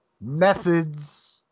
methods